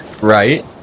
Right